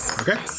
Okay